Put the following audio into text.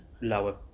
lower